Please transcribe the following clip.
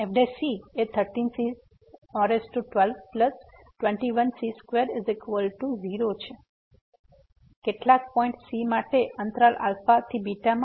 fc એ 13c1221c20 છે કેટલાક પોઈન્ટ c માટે અંતરાલ α β માં